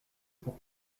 pour